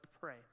pray